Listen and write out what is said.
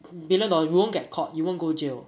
billion dollar you won't get caught you won't go jail